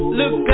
look